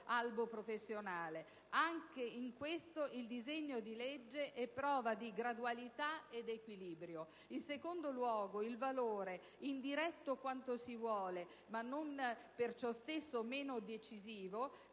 albo professionale. Anche in questo il disegno di legge dà prova di gradualità ed equilibrio. In secondo luogo, evidenzio il valore - indiretto quanto si vuole, ma non per ciò stesso meno decisivo